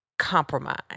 compromise